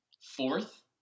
Fourth